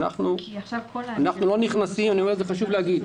חשוב להגיד,